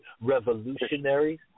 revolutionaries